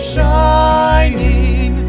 Shining